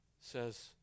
says